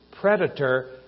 predator